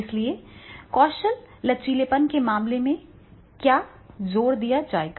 इसलिए कौशल लचीलेपन के मामले में क्या जोर दिया जाएगा